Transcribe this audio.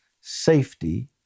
safety